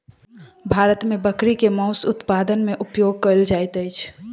भारत मे बकरी के मौस उत्पादन मे उपयोग कयल जाइत अछि